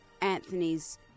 Anthony's